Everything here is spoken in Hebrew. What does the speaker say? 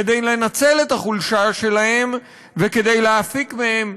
כדי לנצל את החולשה שלהם וכדי להפיק מהם,